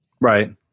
right